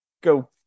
go